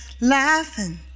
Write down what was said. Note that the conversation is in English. laughing